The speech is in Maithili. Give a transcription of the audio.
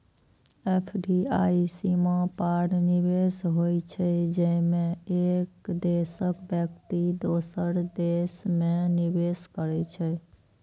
एफ.डी.आई सीमा पार निवेश होइ छै, जेमे एक देशक व्यक्ति दोसर देश मे निवेश करै छै